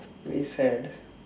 very sad